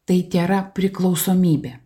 tai tėra priklausomybė